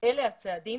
אלה הצעדים